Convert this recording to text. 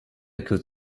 could